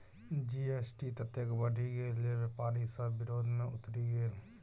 GST ततेक बढ़ि गेल जे बेपारी सभ विरोध मे उतरि गेल